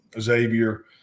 xavier